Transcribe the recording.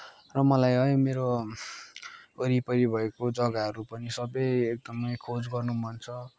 र मलाई है मेरो वरिपरि भएको जग्गाहरू पनि सबै एकदमै खोज गर्नु मन छ